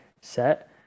set